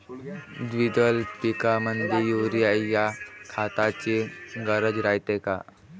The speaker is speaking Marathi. द्विदल पिकामंदी युरीया या खताची गरज रायते का?